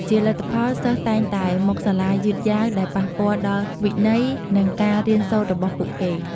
ជាលទ្ធផល សិស្សតែងតែ មកសាលាយឺតយ៉ាវ ដែលប៉ះពាល់ដល់វិន័យ និងការរៀនសូត្ររបស់ពួកគេ។